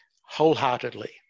wholeheartedly